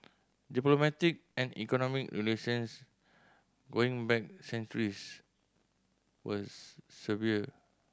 diplomatic and economic relations going back centuries was severed